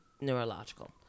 neurological